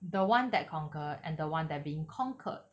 the one that conquered and the one that being conquered